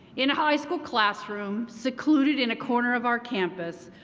in high school classrooms, secluded in a corner of our campus,